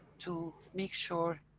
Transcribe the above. to make sure